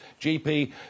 GP